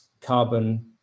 carbon